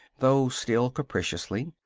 though still capriciously.